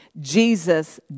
Jesus